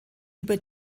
über